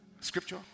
Scripture